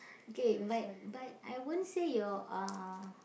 K but but I won't say your uh